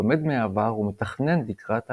לומד מהעבר ומתכנן לקראת העתיד.